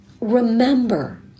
Remember